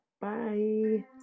Bye